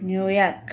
New York